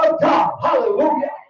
Hallelujah